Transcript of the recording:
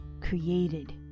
created